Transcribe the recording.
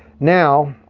now,